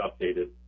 updated